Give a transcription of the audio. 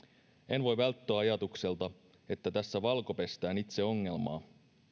en voi välttyä ajatukselta että tässä valkopestään itse ongelmaa